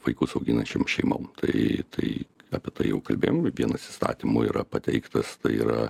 vaikus auginančiom šeimom tai tai apie tai jau kalbėjom vat vienas įstatymo yra pateiktas tai yra